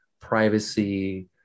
privacy